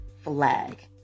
flag